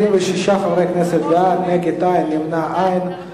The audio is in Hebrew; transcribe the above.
26 חברי כנסת בעד, נגד, אין, נמנעים, אין.